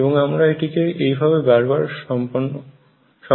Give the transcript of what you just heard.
এবং আমরা এটিকে এইভাবে বার বার সম্পন্ন করেছি